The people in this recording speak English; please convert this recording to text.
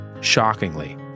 shockingly